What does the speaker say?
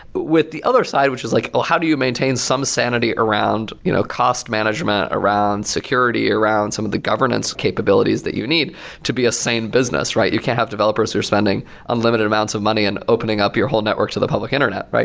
with the other side which is like, ah how do you maintain some sanity around you know cost management, around security, around some of the governance capabilities that you need to be a sane business? you can't have developers who are spending unlimited amounts of money and opening up your whole network to the public internet.